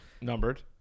Numbered